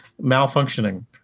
malfunctioning